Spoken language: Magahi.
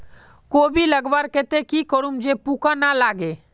कोबी लगवार केते की करूम जे पूका ना लागे?